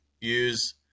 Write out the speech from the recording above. use